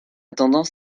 tendance